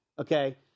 okay